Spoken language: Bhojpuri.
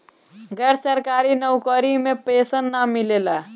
गैर सरकारी नउकरी में पेंशन ना मिलेला